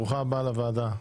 ברוכה הבאה לוועדה.